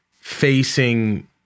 facing